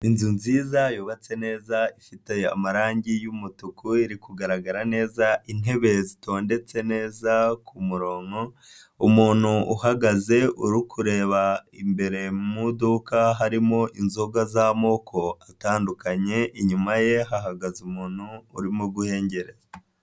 Inzu nziza, yubatse neza, ifite amarangi y'umutuku, iri kugaragara neza, intebe zitondetse neza ku murongo, umuntu uhagaze uri kureba imbere mu moduka, harimo inzoga z'amoko atandukanye, inyuma ye hahagaze umuntu urimo guhengereza.